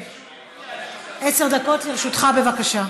עשר דקות לרשותך, בבקשה.